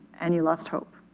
and you lost hope.